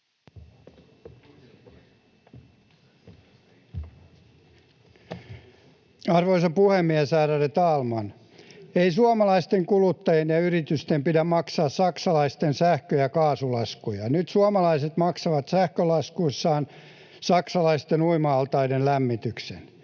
Arvoisa puhemies, ärade talman! Ei suomalaisten kuluttajien ja yritysten pidä maksaa saksalaisten sähkö‑ ja kaasulaskuja. Nyt suomalaiset maksavat sähkölaskuissaan saksalaisten uima-altaiden lämmityksen.